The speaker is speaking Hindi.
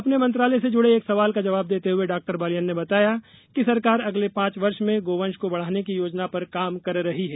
अपने मंत्रालय से जुडे एक सवाल का जवाब देते हुए डाक्टर बालियान ने बताया कि सरकार अगले पांच वर्ष में गौवंश को बढ़ाने की योजना पर काम कर रही है